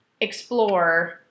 explore